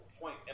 point